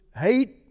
hate